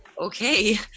okay